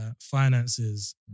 finances